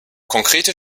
konkrete